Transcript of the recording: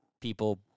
people